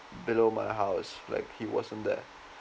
below my house like he wasn't there